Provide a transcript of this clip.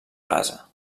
gaza